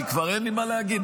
כי כבר אין לי מה להגיד.